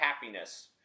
happiness